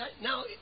Now